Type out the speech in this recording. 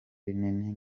rinini